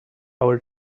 our